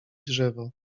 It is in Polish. drzewo